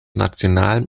nationalem